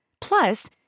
Plus